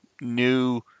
new